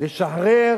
לשחרר